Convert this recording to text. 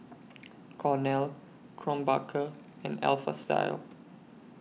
Cornell Krombacher and Alpha Style